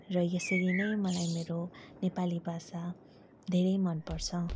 र यसरी नै मलाई मेरो नेपाली भाषा धेरै मन पर्छ